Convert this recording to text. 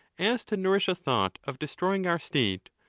as to nourish a thought of destroying our state,